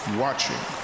watching